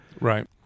Right